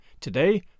Today